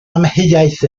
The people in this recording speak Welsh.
amheuaeth